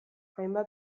hainbat